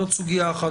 זאת סוגיה אחת.